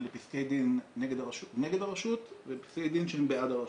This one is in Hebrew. פסקי דין נגד הרשות ופסקי דין שהם בעד הרשות,